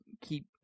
keep